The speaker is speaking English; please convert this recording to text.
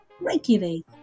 regularly